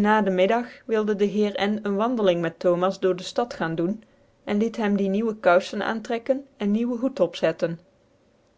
na den middag wilde de heer n een wandeling met thomas doordc stad aan doen en liet hem die nieuwe coufcn aantrekken cn nieuwe hoed opzetten